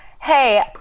hey